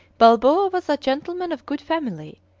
balboa was a gentleman of good family,